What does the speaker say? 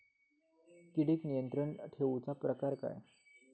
किडिक नियंत्रण ठेवुचा प्रकार काय?